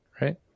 right